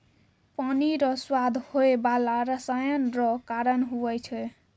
पानी रो स्वाद होय बाला रसायन रो कारण हुवै छै